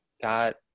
Got